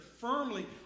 firmly